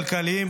כלכליים,